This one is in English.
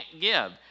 give